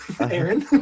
Aaron